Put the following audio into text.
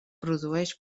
produeix